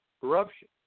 Corruption